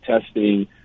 testing